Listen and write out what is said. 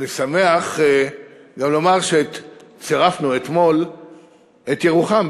ואני שמח גם לומר שצירפנו אתמול את ירוחם,